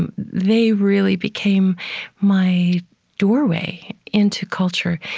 and they really became my doorway into culture.